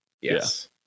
Yes